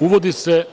Uvodi se